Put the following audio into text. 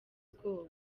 ubwoba